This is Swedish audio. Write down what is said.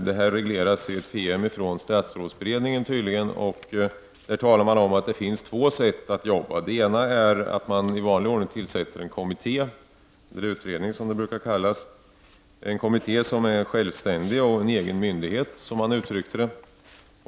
Detta regleras tydligen av ett PM från statsrådsberedningen. I detta PM talas om två sätt att arbeta. Det ena är att man i vanlig ordning tillsätter en kommitté — eller utredning, som det brukar kallas — som är självständig och en egen myndighet, som Michael Sohlman uttryckte det.